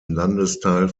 landesteil